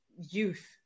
youth